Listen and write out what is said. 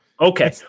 Okay